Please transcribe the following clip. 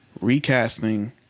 recasting